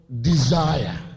desire